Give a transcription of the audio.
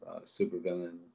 supervillain